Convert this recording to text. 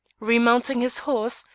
remounting his horse,